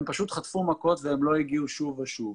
והם פשוט חטפו מכות ולא הגיעו שוב ושוב.